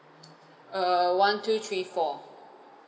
err one two three four